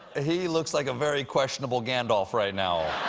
ah he looks like a very questionable gandolf right now.